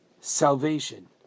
salvation